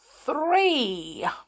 three